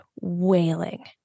wailing